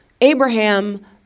Abraham